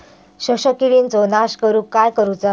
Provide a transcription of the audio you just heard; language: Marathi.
शोषक किडींचो नाश करूक काय करुचा?